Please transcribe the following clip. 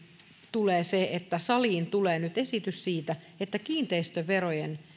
tulee se että saliin tulee nyt esitys siitä että kiinteistöverojen